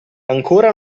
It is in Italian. ancora